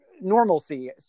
normalcy